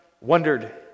wondered